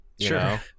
Sure